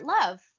Love